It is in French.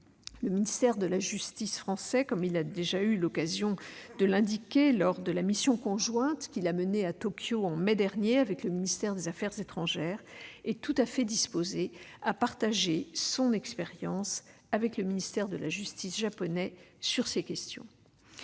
Le ministère de la justice français, comme il a déjà eu l'occasion de l'indiquer lors de la mission conjointe qu'il a menée à Tokyo en mai dernier avec le ministère de l'Europe et des affaires étrangères, est tout à fait disposé à partager son expérience avec le ministère de la justice japonais sur ces questions.